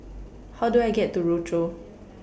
How Do I get to Rochor